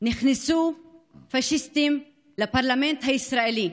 נכנסו פשיסטים לפרלמנט הישראלי,